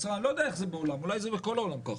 אני לא יודע איך זה בעולם, אולי בכל העולם זה כך.